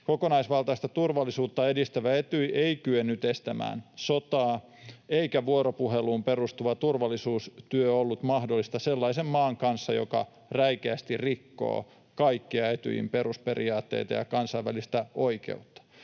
Kokonaisvaltaista turvallisuutta edistävä Etyj ei kyennyt estämään sotaa, eikä vuoropuheluun perustuva turvallisuustyö ollut mahdollista sellaisen maan kanssa, joka räikeästi rikkoo kaikkia Etyjin perusperiaatteita ja kansainvälistä oikeutta.